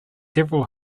several